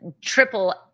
triple